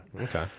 Okay